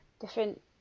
different